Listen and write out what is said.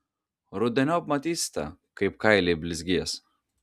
rudeniop matysite kaip kailiai blizgės